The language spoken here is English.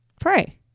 Pray